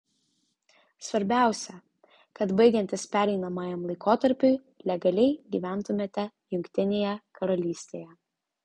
svarbiausia kad baigiantis pereinamajam laikotarpiui legaliai gyventumėte jungtinėje karalystėje